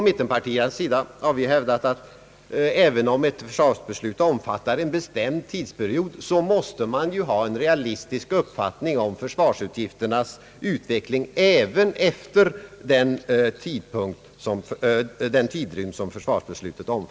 Mittenpartierna har hävdat att även om ett försvarsbeslut omfattar en bestämd tidsperiod måste man ha en realistisk uppfattning om försvarsutgifternas utveckling även efter den tidrymden.